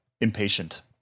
impatient